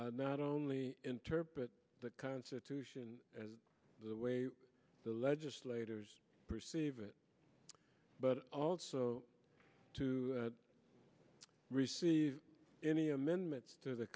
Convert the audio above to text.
not only interpret the constitution as the way the legislators perceive it but also to receive any amendments to the